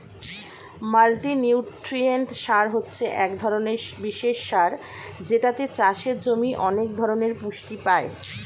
multinutrient সার হচ্ছে এক ধরণের বিশেষ সার যেটাতে চাষের জমি অনেক ধরণের পুষ্টি পায়